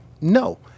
No